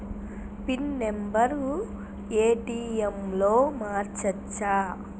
Pin number ATM లో మార్చచ్చా?